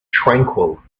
tranquil